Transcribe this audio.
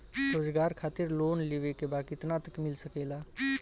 रोजगार खातिर लोन लेवेके बा कितना तक मिल सकेला?